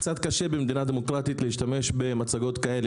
קצת קשה, במדינה דמוקרטית, להשתמש במצגות כאלה.